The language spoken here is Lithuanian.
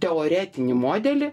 teoretinį modelį